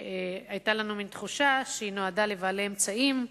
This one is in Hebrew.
שהיתה לנו מין תחושה שהיא נועדה לבעלי אמצעים,